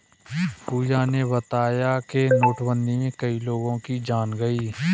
पूजा ने बताया कि नोटबंदी में कई लोगों की जान गई